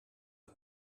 are